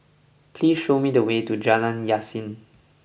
please show me the way to Jalan Yasin